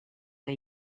que